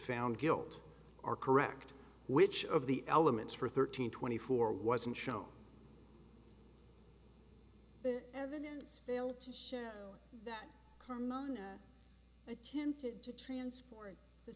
found guilt are correct which of the elements for thirteen twenty four wasn't shown the evidence failed to show that carmona attempted to transport the